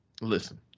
Listen